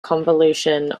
convolution